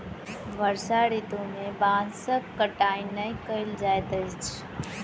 वर्षा ऋतू में बांसक कटाई नै कयल जाइत अछि